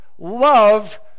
Love